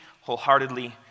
wholeheartedly